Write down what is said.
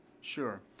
sure